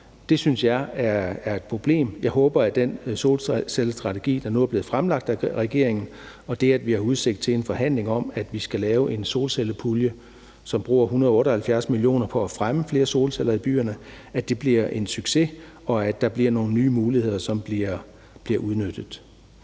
synes jeg er et problem. Jeg håber, at den solcellestrategi, der nu er blevet fremlagt af regeringen, og det, at vi har udsigt til en forhandling om, at vi skal lave en solcellepulje, som bruger 178 mio. kr. på at fremme flere solceller i byerne, bliver en succes, og at der bliver nogle nye muligheder, som bliver udnyttet.